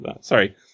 sorry